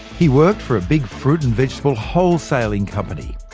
he worked for a big fruit and vegetable wholesaling company.